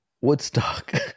Woodstock